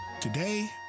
Today